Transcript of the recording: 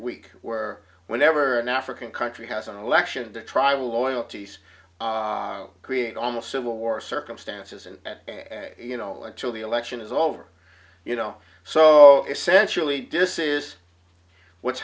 weak were whenever an african country has an election the tribal loyalties create almost civil war circumstances and you know until the election is over you know so essentially disses what's